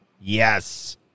yes